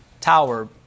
tower